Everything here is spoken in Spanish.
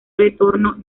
retorno